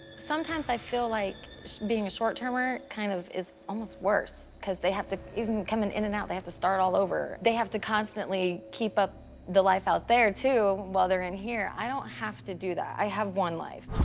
sometimes i feel like being a short-termer kind of is almost worse, cause they have to even coming in and out, they have to start all over. they have to constantly keep up the life out there too while they're in here. i don't have to do that. i have one life.